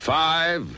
five